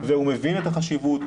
הוא מבין את החשיבות,